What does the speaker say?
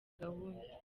gahunda